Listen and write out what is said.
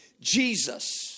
Jesus